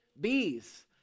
Bees